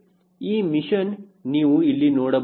ಈ ಮಿಷನ್ ನೀವು ಇಲ್ಲಿ ನೋಡಬಹುದಾ